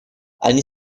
они